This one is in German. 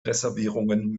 reservierungen